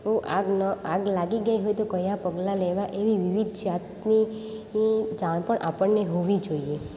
તો આગ ને આગ લાગી ગઈ હોય તો કયાં પગલાં લેવા વિવિધ જાતની એ જાણ પણ આપણને હોવી જોઈએ